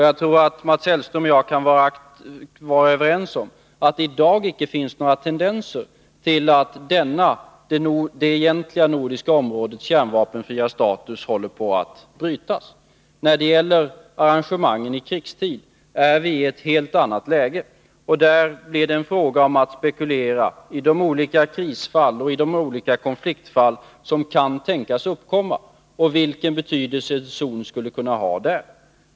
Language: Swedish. Jag tror att Mats Hellström och jag kan vara överens om att det i dag inte finns några tendenser till att det egentliga nordiska områdets kärnvapenfria status håller på att brytas. När det gäller arrangemangen i krigstid är vi i ett helt annat läge. Där blir det en fråga om att spekulera om de olika krisoch konfliktfall som kan tänkas uppkomma och vilken betydelse en zon skulle kunna ha då.